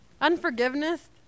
unforgiveness